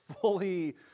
fully